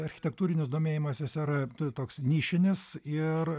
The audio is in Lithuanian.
architektūrinis domėjimasis ar toks nišinis ir